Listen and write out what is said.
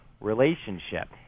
relationship